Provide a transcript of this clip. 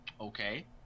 Okay